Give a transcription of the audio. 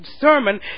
sermon